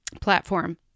platform